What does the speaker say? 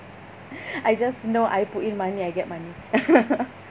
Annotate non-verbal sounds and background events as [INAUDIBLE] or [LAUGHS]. [NOISE] I just know I put in money I get money [LAUGHS]